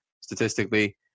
statistically